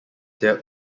their